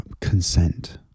consent